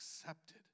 accepted